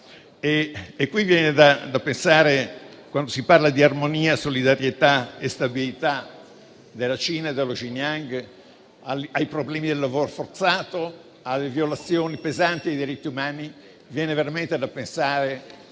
Qui viene da pensare, quando si parla di armonia, solidarietà e stabilità della Cina e dello Xinjiang, ai problemi del lavoro forzato e alle violazioni pesanti dei diritti umani. Viene veramente da pensare